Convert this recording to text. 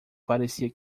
parecia